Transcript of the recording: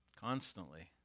constantly